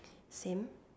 same